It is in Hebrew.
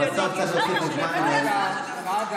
אבל בסוף בסוף צריך להוסיף לו זמן למלא את זמנו.